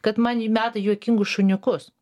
kad man meta juokingus šuniukus